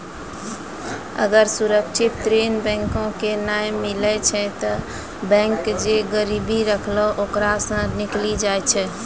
अगर सुरक्षित ऋण बैंको के नाय मिलै छै तै बैंक जे गिरबी रखलो ओकरा सं निकली जाय छै